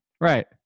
Right